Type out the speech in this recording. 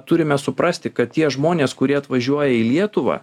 turime suprasti kad tie žmonės kurie atvažiuoja į lietuvą